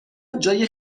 جای